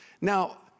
Now